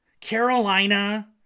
Carolina